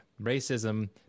Racism